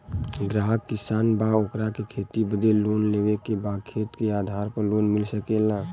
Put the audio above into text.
ग्राहक किसान बा ओकरा के खेती बदे लोन लेवे के बा खेत के आधार पर लोन मिल सके ला?